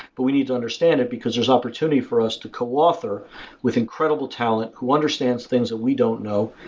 but we need to understand it because there's opportunity for us, to co-author with incredible talent who understand things that we don't know,